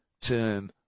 term